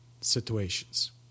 situations